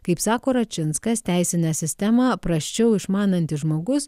kaip sako račinskas teisinę sistemą prasčiau išmanantis žmogus